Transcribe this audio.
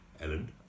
Ellen